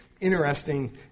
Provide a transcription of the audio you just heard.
interesting